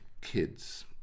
kids